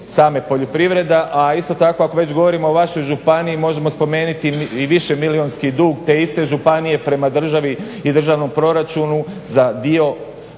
same poljoprivreda. A isto tako ako već govorimo o vašoj županiji možemo spomenuti i više milijunski dug te iste županije prema državi i državnom proračunu za dio